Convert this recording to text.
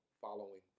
following